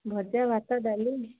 ଭଜା ଭାତ ଡାଲି